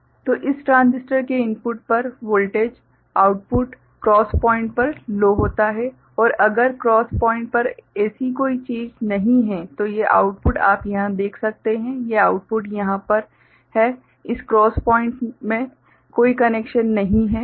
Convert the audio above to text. तो इस ट्रांजिस्टर के इनपुट पर वोल्टेज आउटपुट क्रॉस प्वाइंट पर लो होता है और अगर क्रॉस प्वाइंट पर ऐसी कोई चीज नहीं है तो ये आउटपुट आप यहाँ देख सकते हैं ये आउटपुट यहाँ पर हैं इस क्रॉस प्वाइंट में कोई कनेक्शन नहीं है